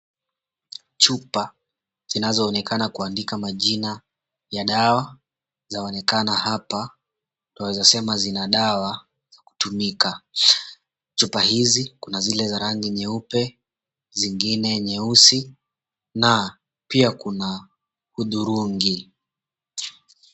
Chupa zinazoonekana kuandika majina ya dawa zaonekana hapa, twaweza sema zina dawa za kutumika. Chupa hizi, kuna zile za rangi nyeupe, zingine nyeusi, na pia kuna hudhurungi.